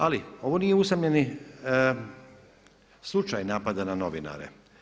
Ali ovo nije usamljeni slučaj napada na novinare.